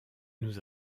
nous